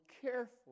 careful